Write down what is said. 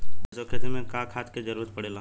सरसो के खेती में का खाद क जरूरत पड़ेला?